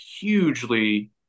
hugely